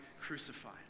crucified